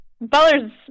Butler's